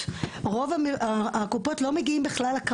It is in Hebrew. גם המידע שיש בישראל לא מדבר על זה,